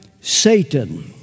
Satan